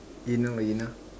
you know you know